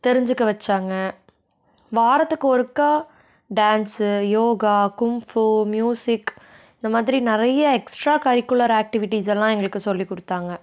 தெரிஞ்சுக்க வெச்சாங்க வாரத்துக்கு ஒருக்கா டான்ஸு யோகா கும்ஃபூ மியூஸிக் இந்த மாதிரி நிறைய எக்ஸ்ட்ரா கரிக்குலர் ஆக்டிவிட்டீஸ் எல்லாம் எங்களுக்கு சொல்லி கொடுத்தாங்க